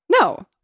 No